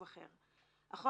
(ג)